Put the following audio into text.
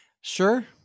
Sure